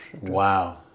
Wow